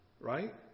right